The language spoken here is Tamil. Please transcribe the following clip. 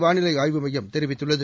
வானிலை ஆய்வு மையம் தெரிவித்துள்ளது